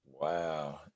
Wow